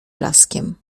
blaskiem